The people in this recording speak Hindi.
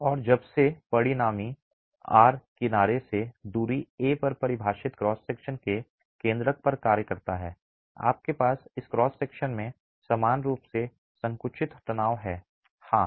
और जब से परिणामी R किनारे से दूरी a पर परिभाषित क्रॉस सेक्शन के केन्द्रक पर कार्य करता है आपके पास इस क्रॉस सेक्शन में समान रूप से संकुचित तनाव है हाँ